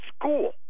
school